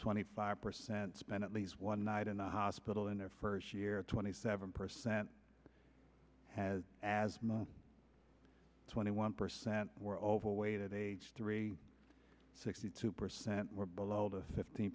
twenty five percent spend at least one night in the hospital in their first year twenty seven percent has asthma twenty one percent were overweight at age three sixty two percent were below the fifteen